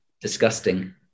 disgusting